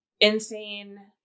insane